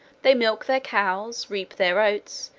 they milk their cows, reap their oats,